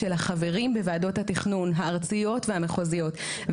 של החברים בוועדות התכנון הארציות והמחוזיות.